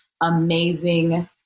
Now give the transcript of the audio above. amazing